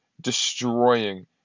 destroying